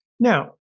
Now